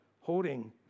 holding